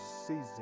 season